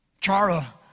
Chara